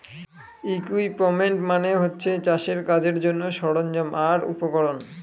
equipment মানে হচ্ছে চাষের কাজের জন্যে সরঞ্জাম আর উপকরণ